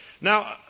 Now